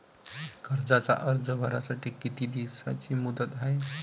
कर्जाचा अर्ज भरासाठी किती दिसाची मुदत हाय?